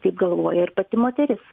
taip galvoja ir pati moteris